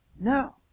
No